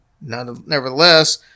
Nevertheless